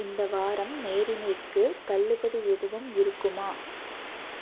இந்த வாரம் மேரினேட்ஸ்க்கு தள்ளுபடி எதுவும் இருக்குமா